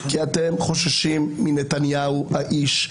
כי אתם חוששים מנתניהו האיש.